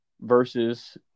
versus